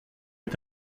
est